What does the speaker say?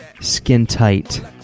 skin-tight